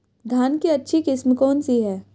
धान की अच्छी किस्म कौन सी है?